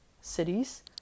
cities